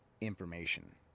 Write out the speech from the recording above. information